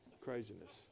Craziness